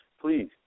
please